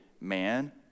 man